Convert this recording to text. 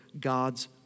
God's